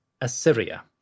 Assyria